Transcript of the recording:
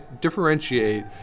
differentiate